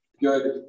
good